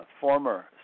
former